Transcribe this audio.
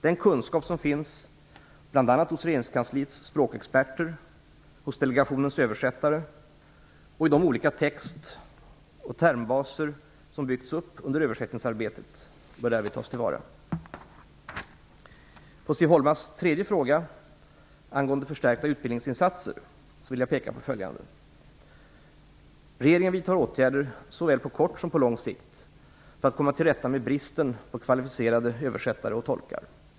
Den kunskap som finns bl.a. hos regeringskansliets språkexperter, hos delegationens översättare och i de olika text och termbaser som byggts upp under översättningsarbetet bör därvid tas till vara. På Siv Holmas tredje fråga - angående förstärkta utbildningsinsatser - vill jag peka på följande. Regeringen vidtar åtgärder såväl på kort som på lång sikt för att komma till rätta med bristen på kvalificerade översättare och tolkar.